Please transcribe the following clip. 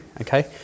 okay